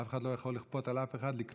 ואף אחד לא יכול לכפות על אף אחד לקנות